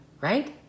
Right